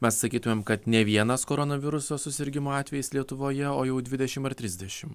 mes sakytumėm kad nė vienas koronaviruso susirgimo atvejis lietuvoje o jau dvidešim ar trisdešim